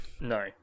No